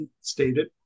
stated